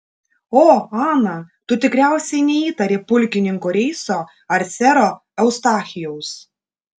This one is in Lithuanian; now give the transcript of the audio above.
o ana tu tikriausiai neįtari pulkininko reiso ar sero eustachijaus